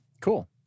Cool